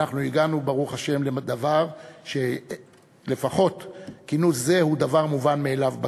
ואנחנו הגענו ברוך השם לדבר שלפחות כינוס זה הוא דבר מובן מאליו בכנסת.